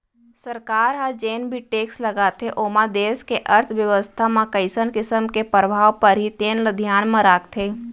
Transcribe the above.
सरकार ह जेन भी टेक्स लगाथे ओमा देस के अर्थबेवस्था म कइसन किसम के परभाव परही तेन ल धियान म राखथे